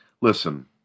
Listen